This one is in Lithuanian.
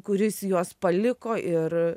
kuris juos paliko ir